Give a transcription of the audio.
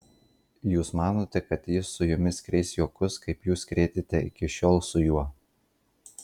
jūs manote kad jis su jumis krės juokus kaip jūs krėtėte iki šiol su juo